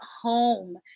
home